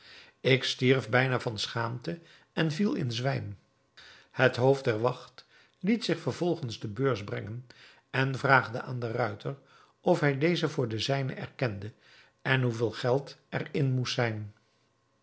ik stierf bijna van schaamte en viel in zwijm het hoofd der wacht liet zich vervolgens de beurs brengen en vraagde aan den ruiter of hij deze voor de zijne erkende en hoeveel geld er in moest zijn